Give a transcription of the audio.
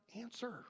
answer